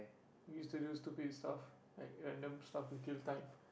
used to do stupid stuff like random stuff to kill time